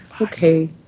Okay